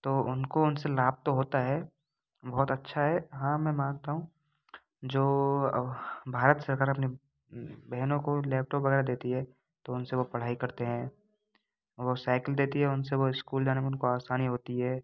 तो उनको उनसे लाभ तो होता है बहुत अच्छा है हाँ मैं मानता हूँ जो भारत सरकार अपनी बहनों को लैपटॉप वगैरह देती है तो उनसे वह पढ़ाई करते हैं और साइकिल देती है उनसे वह स्कूल जाने में उनको आसानी होती है